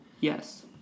yes